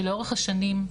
שלאורך השנים,